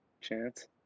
chance